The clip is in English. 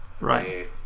right